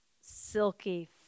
silky